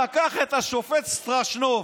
לקח את השופט סטרשנוב,